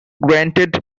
granted